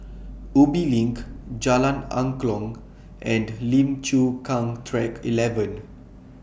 Ubi LINK Jalan Angklong and Lim Chu Kang Track eleven